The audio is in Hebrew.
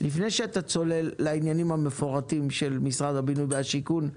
לפני שאתה צולל לעניינים המפורטים של משרד הבינוי והשיכון,